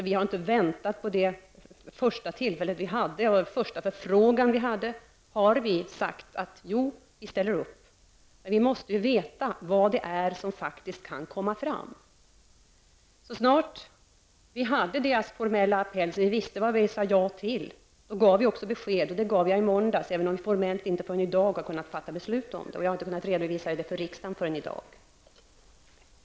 Vi har inte väntat, utan vid det första tillfället som vi hade och vid den första förfrågan vi fick sade vi: Ja, vi ställer upp. Men vi måste veta vad som faktiskt kan komma fram. Så snart vi hade den formella appellen och visste vad det var vi sade ja till gav vi även besked, och det gav jag i måndags även om vi formellt inte förrän i dag har kunnat fatta beslut om det. Jag har inte heller kunnat redovisa det för riksdagen förrän i dag.